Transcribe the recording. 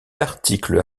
article